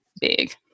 Big